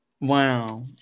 wow